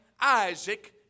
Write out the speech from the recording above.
Isaac